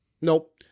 Nope